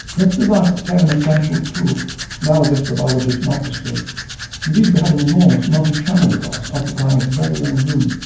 this device became an essential tool analogous to the biologist's microscope indeed, we had an enormous multichannel device occupying its very own room,